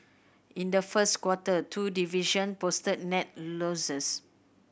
in the first quarter two division posted net losses